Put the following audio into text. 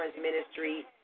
ministry